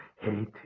hate